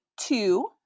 two